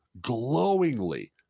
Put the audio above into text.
Glowingly